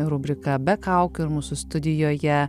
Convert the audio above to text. rubriką be kaukių ir mūsų studijoje